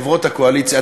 חברות הקואליציה,